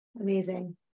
amazing